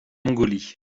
mongolie